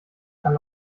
kann